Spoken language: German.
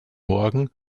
morgen